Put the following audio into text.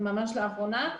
ממש לאחרונה,